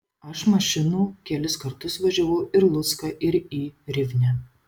aš mašinų kelis kartus važiavau ir lucką ir į rivnę